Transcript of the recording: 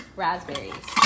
raspberries